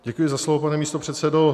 Děkuji za slovo, pane místopředsedo.